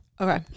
Okay